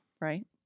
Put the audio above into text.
Right